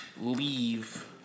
leave